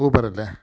Uber അല്ലേ